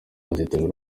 azitabira